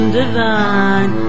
divine